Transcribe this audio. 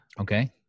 Okay